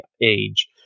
age